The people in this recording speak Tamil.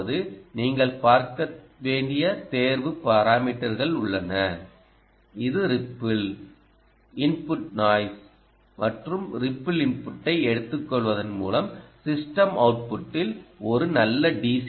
அதாவது நீங்கள் பார்க்க வேண்டிய தேர்வு பாராமீட்டர்கள் உள்ளன இது ரிப்பிள் இன்புட் நாய்ஸ் மற்றும் ரிப்பிள் இன்புட்டை எடுத்துக்கொள்வதன் மூலம் சிஸ்டத்தின் அவுட்புட்டில் ஒரு நல்ல டி